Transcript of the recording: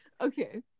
okay